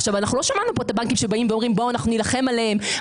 לא שמענו פה את הבנקים אומרים: אנחנו נילחם עליהם,